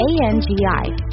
A-N-G-I